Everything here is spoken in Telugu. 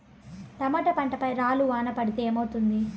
టమోటా పంట పై రాళ్లు వాన పడితే ఏమవుతుంది?